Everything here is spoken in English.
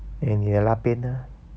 eh 你的拉边啦